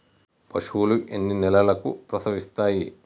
పశువులు ఎన్ని నెలలకు ప్రసవిస్తాయి?